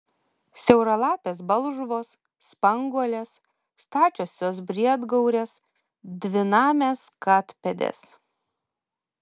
siauralapės balžuvos spanguolės stačiosios briedgaurės dvinamės katpėdės